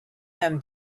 them